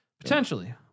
Potentially